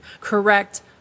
correct